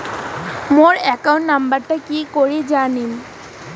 মোর account নাম্বারটা কি করি জানিম?